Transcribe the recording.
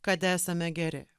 kad esame geri